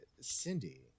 Cindy